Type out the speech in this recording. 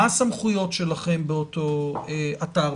מה הסמכויות שלכם באותו אתר?